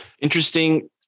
Interesting